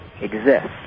exists